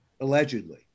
allegedly